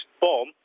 bomb